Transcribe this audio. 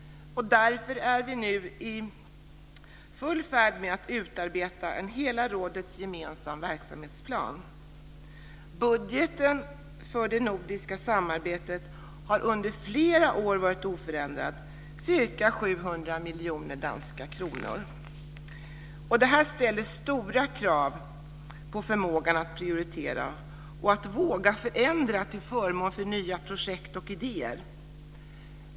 Därför är vi nu i full färd med att utarbeta en för hela rådet gemensam verksamhetsplan. Budgeten för det nordiska samarbetet har under flera år varit oförändrad, ca 700 miljoner danska kronor. Detta ställer stora krav på förmågan att prioritera och att våga förändra till förmån för nya projekt och idéer.